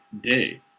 day